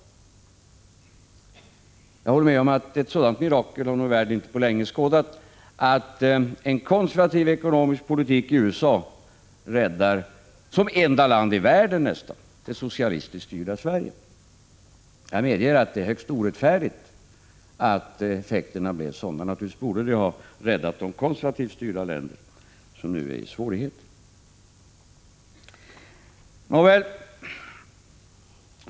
Jag håller med om att ett sådant mirakel har nog världen inte på länge skådat — att en konservativ ekonomisk politik i USA räddar, nästan som enda land i världen, det socialistiskt styrda Sverige. Jag medger att det är högst orättfärdigt att effekterna blev sådana. Naturligtvis borde denna politik ha räddat de konservativt styrda länderna, som nu befinner sig i svårigheter.